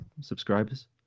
subscribers